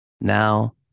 Now